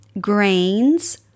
grains